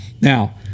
Now